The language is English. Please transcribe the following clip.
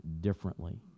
differently